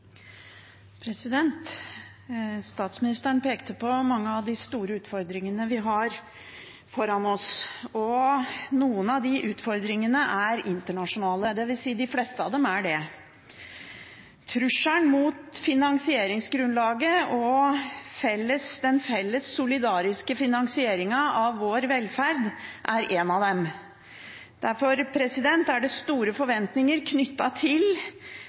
Statsministeren pekte på mange av de store utfordringene vi har foran oss. Noen av de utfordringene er internasjonale, dvs. de fleste av dem er det. Trusselen mot finansieringsgrunnlaget og den felles solidariske finansieringen av vår velferd er en av dem. Derfor er det store forventninger knyttet til